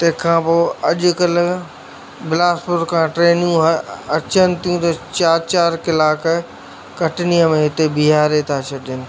तंहिं खां पोइ अॼुकल्ह बिलासपुर खां ट्रेनियूं अचनि थियूं त चारि चारि कलाक कटनीअ में हिते ॿीहारे था छॾनि